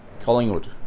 Collingwood